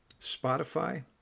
Spotify